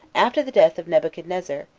after the death of nebuchadnezzar,